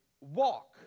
walk